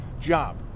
job